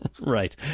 Right